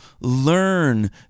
learn